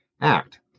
ACT